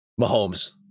Mahomes